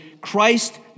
Christ